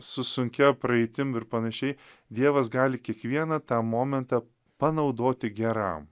su sunkia praeitim ir panašiai dievas gali kiekvieną tą momentą panaudoti geram